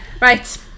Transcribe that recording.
Right